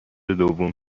دوم